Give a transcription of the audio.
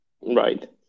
right